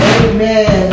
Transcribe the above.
amen